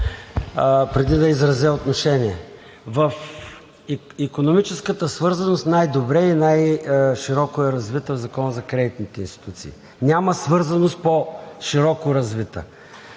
преди да изразя отношение. Икономическата свързаност най-добре и най-широко е развита в Закона за кредитните институции – няма по-широко развита